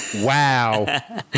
Wow